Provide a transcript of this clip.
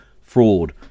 fraud